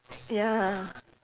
ya